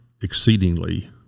exceedingly